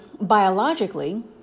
biologically